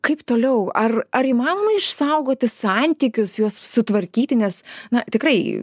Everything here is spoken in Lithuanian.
kaip toliau ar ar įmanoma išsaugoti santykius juos sutvarkyti nes na tikrai